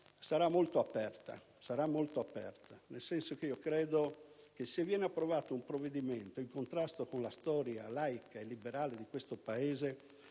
sarà ancora molto aperta, nel senso che a mio avviso, se verrà approvato un provvedimento in contrasto con la storia laica e liberale di questo Paese,